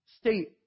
state